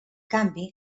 canvi